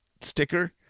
sticker